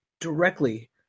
directly